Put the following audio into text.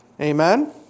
Amen